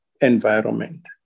environment